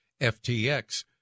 FTX